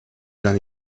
done